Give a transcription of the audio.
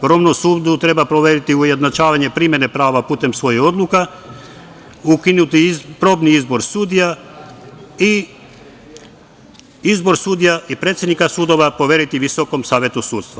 Vrhovnom sudu treba poveriti ujednačavanje primene prava putem svojih odluka, ukinuti probni izbor sudija i izbor sudija i predsednika sudova poveriti Visokom savetu sudstva.